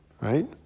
right